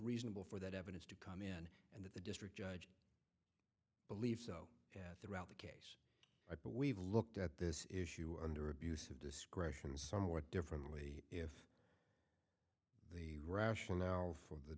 reasonable for that evidence to come in and the district judge believe so throughout the case i but we've looked at this issue under abuse of discretion somewhat differently if the rationale for the